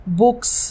books